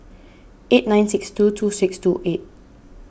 eight nine six two two six two eight